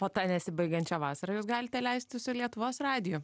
o tą nesibaigiančią vasarą jūs galite leisti su lietuvos radiju